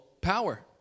power